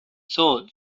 soul